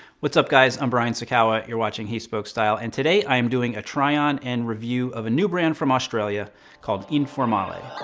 what's up, guys? i'm brian sacawa, you're watching he spoke style, and today i am doing a try-on and review of a new brand from australia called informale.